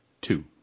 Two